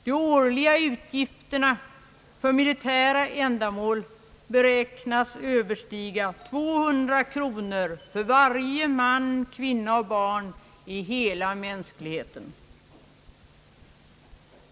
De årliga utgifterna för militära ändamål beräknas överstiga 200 kronor för varje man, kvinna och barn i hela mänskligheten.